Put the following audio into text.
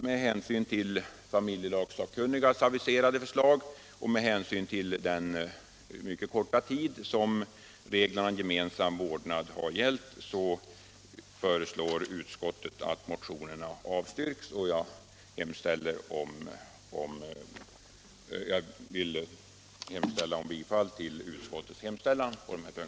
Med hänsyn till familjelagsakkunnigas aviserade förslag och med hänsyn till den mycket korta tid som reglerna om gemensam vårdnad har gällt föreslår utskottet att motionerna avslås, och jag yrkar bifall till utskottets hemställan.